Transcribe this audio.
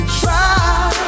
try